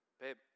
babe